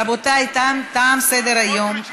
רבותיי, תם סדר-היום.